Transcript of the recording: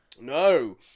No